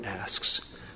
asks